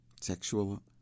sexual